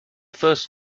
first